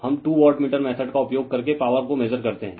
हम two wattmeter method का उपयोग करके पॉवर को मेसर करते हैं